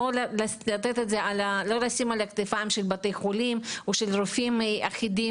לא לשים את זה על הכתפיים של בתי החולים או של רופאים יחידים.